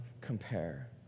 compare